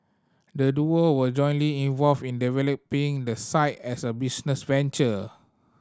the duo were jointly involved in developing the site as a business venture